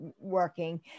working